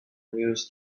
news